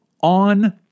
on